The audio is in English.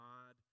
God